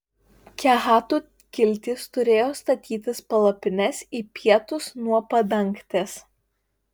kehatų kiltys turėjo statytis palapines į pietus nuo padangtės